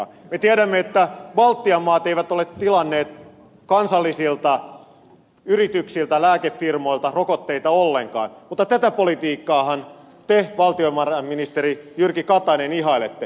me tiedämme että baltian maat eivät ole tilanneet kansallisilta yrityksiltä lääkefirmoilta rokotteita ollenkaan mutta tätä politiikkaahan te valtiovarainministeri jyrki katainen ihailette